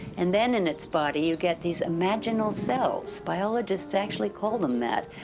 and then in its body you get these imaginal cells, biologists actually call them that,